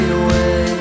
away